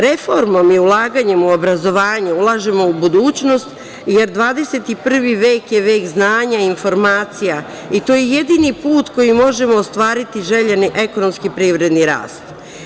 Reformom i ulaganjem u obrazovanje ulažemo u budućnost jer 21 vek je vek znanja i informacija i to je jedini put kojim možemo ostvariti željeni ekonomski privredni rast.